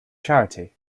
charity